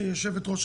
הרתעה,